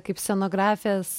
kaip scenografės